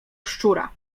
szczura